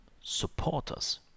supporters